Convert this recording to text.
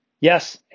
Yes